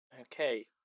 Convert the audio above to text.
Okay